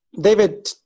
David